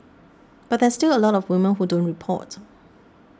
but there's still a lot of women who don't report